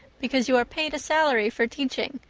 because you are paid a salary for teaching,